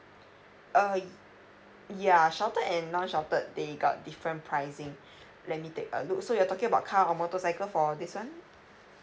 uh yeah sheltered and non sheltered they got different pricing let me take a look so you're talking about car or motorcycle for this one